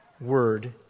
word